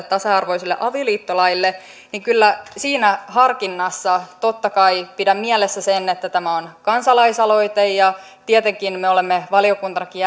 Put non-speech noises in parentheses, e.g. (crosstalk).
(unintelligible) tasa arvoiselle avioliittolaille niin kyllä siinä harkinnassa totta kai pidän mielessä sen että tämä on kansalaisaloite ja tietenkin me olemme valiokuntanakin (unintelligible)